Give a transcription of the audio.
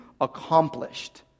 accomplished